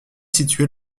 situé